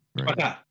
Okay